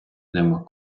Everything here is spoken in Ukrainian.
нема